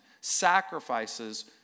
sacrifices